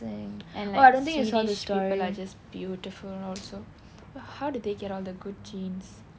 and like swedish people are just beautiful also how did they get all the good genes